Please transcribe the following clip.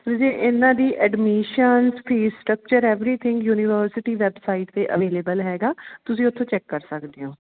ਤੁਸੀਂ ਇਹਨਾਂ ਦੀ admission fee structure everything university website 'ਤੇ ਅਵੇਲੇਬਲ ਹੈਗਾ ਤੁਸੀਂ ਉੱਥੋਂ ਚੈੱਕ ਕਰ ਸਕਦੇ ਓਂ